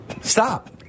Stop